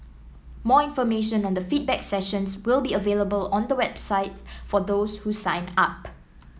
more information on the feedback sessions will be available on the website for those who sign up